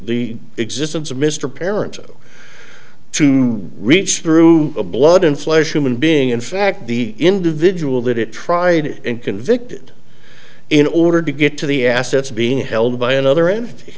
the existence of mr parent to reach through a blood and flesh human being in fact the individual that it tried and convicted in order to get to the assets being held by another entity